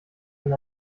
wenn